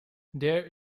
there